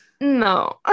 No